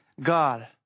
God